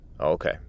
okay